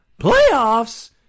Playoffs